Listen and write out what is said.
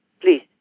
please